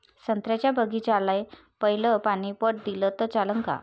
संत्र्याच्या बागीचाले पयलं पानी पट दिलं त चालन का?